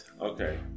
Okay